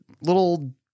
little